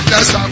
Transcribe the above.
Yes